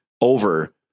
over